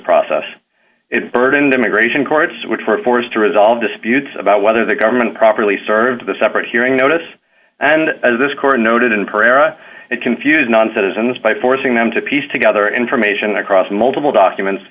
process burdened immigration courts which were forced to resolve disputes about whether the government properly served the separate hearing notice and as this court noted in pereira it confused non citizens by forcing them to piece together information across multiple documents